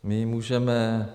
My můžeme...